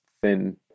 thin